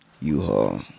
U-Haul